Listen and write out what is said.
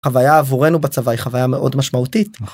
החוויה עבורנו בצבא היא חוויה מאוד משמעותית